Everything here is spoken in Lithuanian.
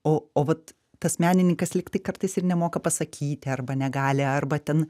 o o vat tas menininkas lyg tai kartais ir nemoka pasakyti arba negali arba ten